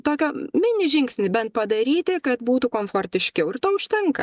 tokio mini žingsnį bent padaryti kad būtų komfortiškiau ir to užtenka